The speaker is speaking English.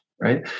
Right